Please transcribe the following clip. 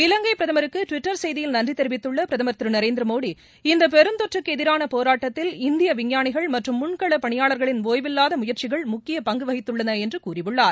இலங்கை பிரதமருக்கு டுவிட்டர் செய்தியில் நன்றி தெரிவித்துள்ள பிரதமர் திரு நரேந்திரமோடி இந்த பெருந்தொற்றுக்கு எதிராக போராட்டத்தில் இந்திய விஞ்ஞாளிகள் மற்றும் முன்களப் பணியாளர்களின் ஒய்வில்லாத முயற்சிகள் முக்கிய பங்கு வகித்துள்ளன என்று கூறியுள்ளார்